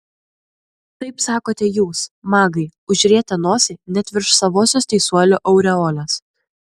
taip sakote jūs magai užrietę nosį net virš savosios teisuolių aureolės